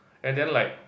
and then like